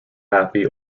happy